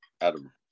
adam